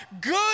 Good